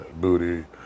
booty